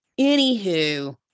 Anywho